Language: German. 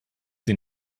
sie